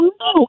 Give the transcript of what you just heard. no